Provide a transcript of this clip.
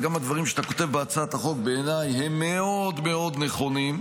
וגם הדברים שאתה כותב בהצעת החוק בעיניי הם מאוד מאוד נכונים.